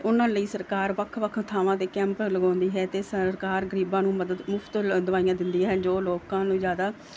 ਉਹਨਾਂ ਲਈ ਸਰਕਾਰ ਵੱਖ ਵੱਖ ਥਾਵਾਂ 'ਤੇ ਕੈਂਪ ਲਗਾਉਂਦੀ ਹੈ ਤੇ ਸਰਕਾਰ ਗਰੀਬਾਂ ਨੂੰ ਮਦਦ ਮੁਫਤ ਦਵਾਈਆਂ ਦਿੰਦੀਆਂ ਹਨ ਜੋ ਲੋਕਾਂ ਨੂੰ ਜਿਆਦਾ